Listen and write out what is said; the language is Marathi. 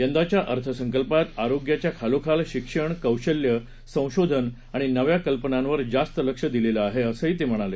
यंदाच्या अर्थसंकल्पात आरोग्याच्या खालोखाल शिक्षण कौशल्य संशोधन आणि नव्या कल्पनांवर जास्त लक्ष दिलेलं आहे असं त्यांनी सांगितलं